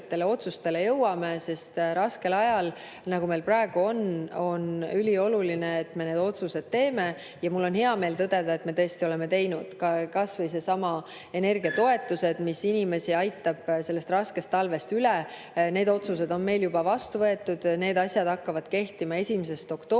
otsustele jõuame, sest raskel ajal, nagu meil praegu on, on ülioluline, et me need otsused teeme. Mul on hea meel tõdeda, et me tõesti oleme otsuseid teinud, kas või energiatoetuste kohta, mis aitavad inimesi sellest raskest talvest üle. Need otsused on meil juba vastu võetud. Need asjad hakkavad kehtima 1. oktoobrist